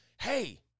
hey